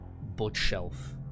bookshelf